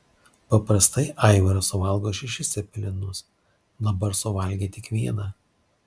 paprastai aivaras suvalgo šešis cepelinus dabar suvalgė tik vieną